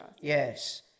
Yes